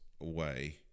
away